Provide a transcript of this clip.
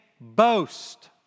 boast